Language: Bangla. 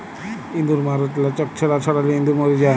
ইঁদুর ম্যরর লাচ্ক যেটা ছড়ালে ইঁদুর ম্যর যায়